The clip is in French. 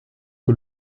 que